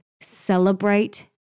celebrate